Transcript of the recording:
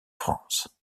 france